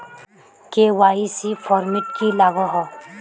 KYC format की लागोहो?